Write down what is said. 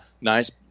nice